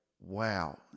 Wow